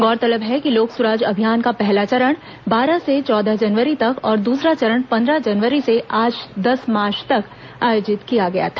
गौरतलब है कि लोक सुराज अभियान का पहला चरण बारह से चौदह जनवरी तक और दूसरा चरण पंद्रह जनवरी से आज दस मार्च तक आयोजित किया गया था